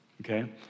okay